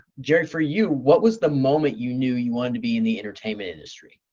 jerry, for you, what was the moment you knew you wanted to be in the entertainment industry?